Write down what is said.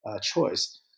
choice